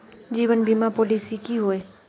जीवन बीमा पॉलिसी की होय?